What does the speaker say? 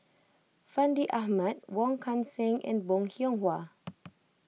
Fandi Ahmad Wong Kan Seng and Bong Hiong Hwa